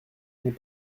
n’est